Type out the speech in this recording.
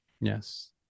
Yes